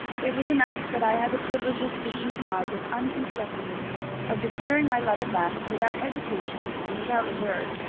it was enough that i had the privilege of speaking to margaret uninterruptedly of declaring my love at last, without hesitation and without reserve.